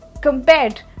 compared